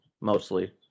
mostly